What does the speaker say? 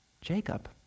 Jacob